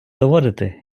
доводити